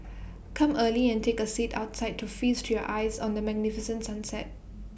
come early and take A seat outside to feast your eyes on the magnificent sunset